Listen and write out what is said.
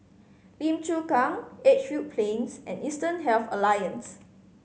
Lim Chu Kang Edgefield Plains and Eastern Health Alliance